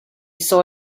saw